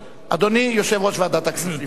אדוני יושב-ראש ועדת הכספים, בבקשה.